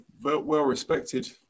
well-respected